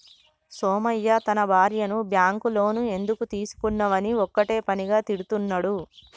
సోమయ్య తన భార్యను bank loan ఎందుకు తీసుకున్నవని ఒక్కటే పనిగా తిడుతున్నడు